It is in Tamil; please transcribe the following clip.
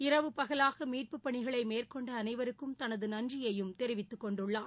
இரவு பகலாக மீட்புப் பணிகளை மேற்கொண்ட அனைவருக்கும் தனது நன்றியய தெரிவித்தக் கொண்டுள்ளார்